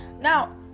Now